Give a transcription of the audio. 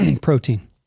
protein